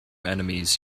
enemies